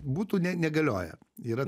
būtų ne negalioja yra